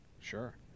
sure